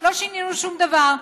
לא שינינו שום דבר,